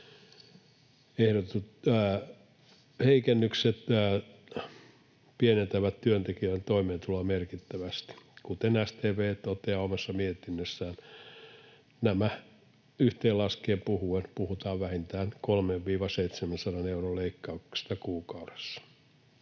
Ehdotetut heikennykset pienentävät työntekijän toimeentuloa merkittävästi. Kuten SDP toteaa omassa mietinnössään, nämä yhteen laskien puhutaan vähintään 300—700 euron leikkauksesta kuukaudessa.